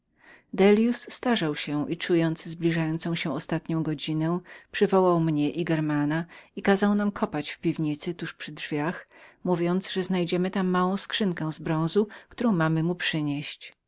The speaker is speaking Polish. dellius starzał się i czując zbliżającą się ostatnią godzinę przywołał mnie i germanusa i kazał nam kopać w piwnicy tuż przy drzwiach mówiąc że znajdziemy tam małą skrzynkę spiżową którą mieliśmy mu przynieść